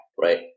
right